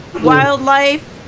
Wildlife